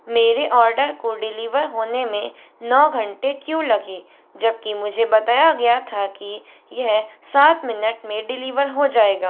मेरे ऑर्डर को डिलीवर होने में नौ घंटे क्यों लगे जब कि मुझे बताया गया था कि यह सात मिनट में डिलीवर हो जाएगा